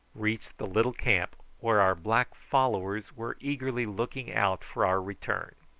reached the little camp, where our black followers were eagerly looking out for our return.